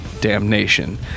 damnation